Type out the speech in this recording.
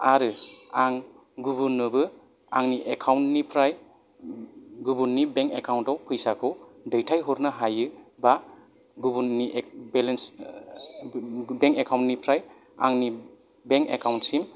आरो आं गुबुननोबो आंनि एकाउन्टनिफ्राय गुबुननि बेंक एकाउन्टआव फैसाखौ दैथायहरनो हायो बा गुबुननि बेलेन्स बेंक एकाउन्टनिफ्राय आंनि बेंक एकाउन्टसिम